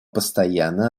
постоянно